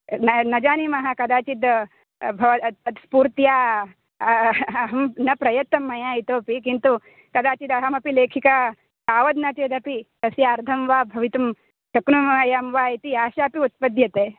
न न जानीमः कदाचित् भवत् पूर्त्या अहं न प्रयतं मया इतोपि किन्तु कदाचिदहमपि लेखिका तावत् न चेदपि तस्य अर्धं वा भवितुं शक्नुमायां वा इति आशा तु उत्पद्यते